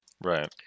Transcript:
Right